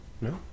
No